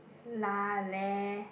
lah leh